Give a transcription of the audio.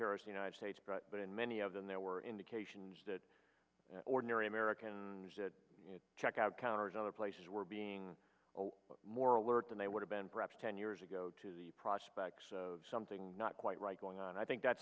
terrorists united states but in many of them there were indications that ordinary americans that checkout counter at other places were being more alert than they would have been perhaps ten years ago to the prospects of something not quite right going on i think that's